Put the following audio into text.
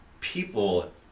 people